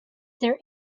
there